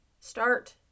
Start